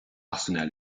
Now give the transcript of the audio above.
arsenal